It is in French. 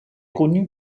connue